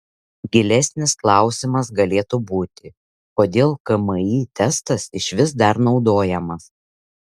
gilesnis klausimas galėtų būti kodėl kmi testas išvis dar naudojamas